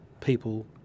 people